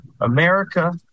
America